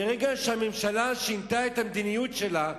ברגע שהממשלה שינתה את המדיניות שלה,